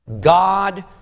God